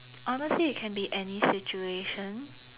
honestly it can be any situation